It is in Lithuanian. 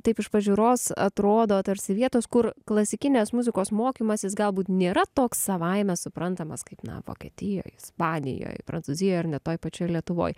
taip iš pažiūros atrodo tarsi vietos kur klasikinės muzikos mokymasis galbūt nėra toks savaime suprantamas kaip vokietijoj ispanijoj prancūzijoj ar net toj pačioj lietuvoj